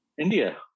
India